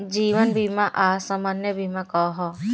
जीवन बीमा आ सामान्य बीमा का ह?